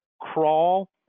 crawl